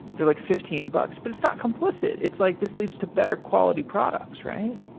they're like fifteen bucks, but it's not complicit. it's like this leaves to better quality products, right?